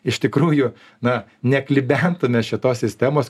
iš tikrųjų na neklibentume šitos sistemos